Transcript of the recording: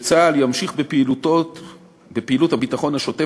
שצה"ל ימשיך בפעילות הביטחון השוטף